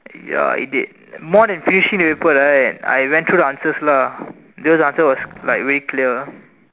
ya it did more than Tertiary paper right I went through the answers lah those answers were like way clear